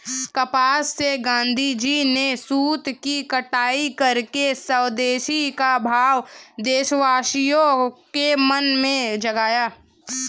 कपास से गाँधीजी ने सूत की कताई करके स्वदेशी का भाव देशवासियों के मन में जगाया